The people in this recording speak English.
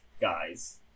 guys